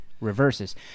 reverses